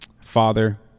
father